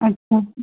ਅੱਛਾ